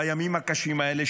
בימים הקשים האלה,